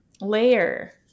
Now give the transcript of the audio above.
layer